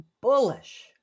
Bullish